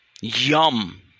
yum